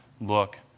look